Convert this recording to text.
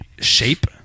shape